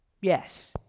yes